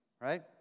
Right